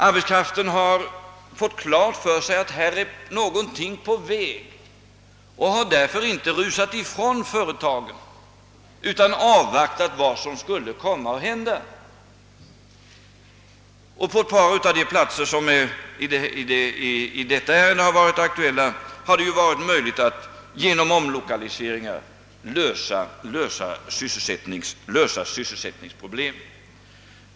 Arbetskraften har fått klart för sig att något är på väg, och den har därför inte rusat ifrån företaget utan avvaktat vad som skulle komma att hända. På ett par av de platser, som i detta ärende är aktuella, har det varit möjligt att genom omlokaliseringar lösa sysselsättningsproblemen.